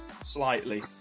slightly